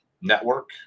Network